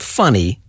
funny